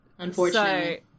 Unfortunately